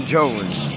Jones